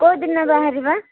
କୋଉ ଦିନ ବାହାରିବା